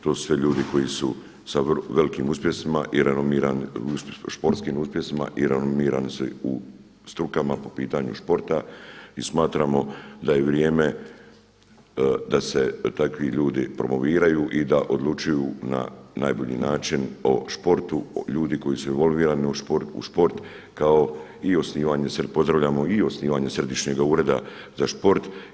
Tu su sve ljudi koji su sa velikim uspjesima i renomiranim sportskim uspjesima i renomirani su u strukama po pitanju sporta i smatramo da je vrijeme da se takvi ljudi promoviraju i da odlučuju na najbolji način o sportu ljudi koji su involvirani u sport kao i osnivanje, pozdravljamo i osnivanje središnjega Ureda za sport.